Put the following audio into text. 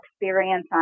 experience